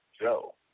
Joe